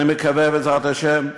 אני מקווה שהדברים האלה, בעזרת השם,